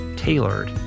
tailored